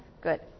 good